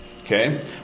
Okay